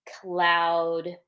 cloud